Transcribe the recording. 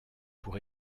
pour